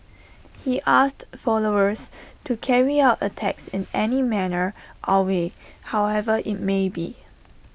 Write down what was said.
he asked followers to carry out attacks in any manner or way however IT may be